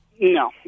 No